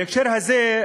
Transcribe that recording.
בהקשר הזה,